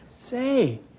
Say